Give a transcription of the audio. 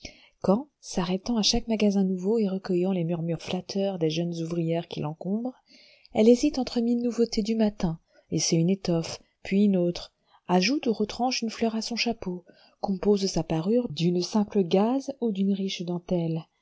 quand s'arrêtant à chaque magasin nouveau et recueillant les murmures flatteurs des jeunes ouvrières qui l'encombrent elle hésite entre mille nouveautés du matin essaie une étoffe puis une autre ajoute ou retranche une fleur à son chapeau compose sa parure d'une simple gaze ou d'une riche dentelle